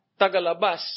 tagalabas